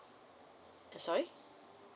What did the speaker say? sorry